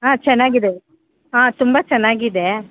ಹಾಂ ಚೆನ್ನಾಗಿದೆ ಹಾಂ ತುಂಬ ಚೆನ್ನಾಗಿದೆ